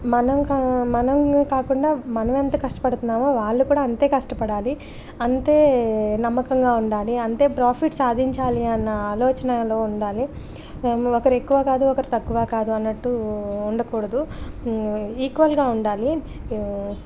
మనం కా మనం కాకుండా మనం ఎంత కష్టపడుతున్నామో వాళ్ళు కూడా అంతే కష్టపడాలి అంతే నమ్మకంగా ఉండాలి అంతే ప్రాఫిట్ సాధించాలి అన్న ఆలోచనాలో ఉండాలి ఒకరు ఎక్కువ కాదు ఒకరు తక్కువ కాదు అన్నట్టు ఉండకూడదు ఈక్వల్గా ఉండాలి